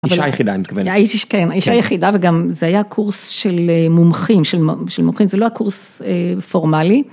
אישה יחידה אני מתכוון. כן, האישה היחידה, וגם זה היה קורס של אה.. מומחים, של מומחים, זה לא קורס אה.. פורמלי.